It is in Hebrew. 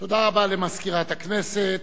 תודה רבה למזכירת הכנסת.